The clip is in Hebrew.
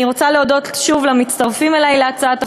אני רוצה להודות שוב למצטרפים אלי להצעת החוק,